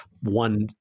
one